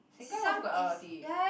Sengkang also got l_r_t